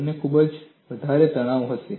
તમને ખૂબ જ વધારે તણાવ રહેશે